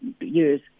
years